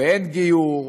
אין גיור,